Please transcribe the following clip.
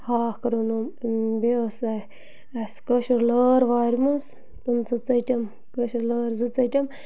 ہاکھ روٚنُم بیٚیہِ ٲس اَسہِ اَسہِ کٲشِر لٲر وارِِ منٛز تِم زٕ ژٔٹِم کٲشِرۍ لٲر زٕ ژٔٹِم